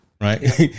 Right